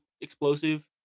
explosive